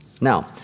Now